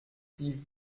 die